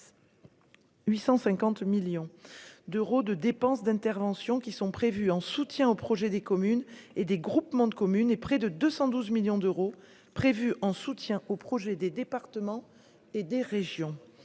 850 millions d'euros de dépenses d'intervention qui sont prévus en soutien au projet des communes et des groupements de communes et près de 212 millions d'euros prévue en soutien au projet des départements et des régions,